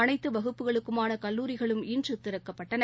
அனைத்து வகுப்புகளுக்குமான கல்லூரிகளும் இன்று திறக்கப்பட்டன